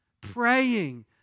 praying